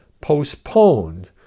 postponed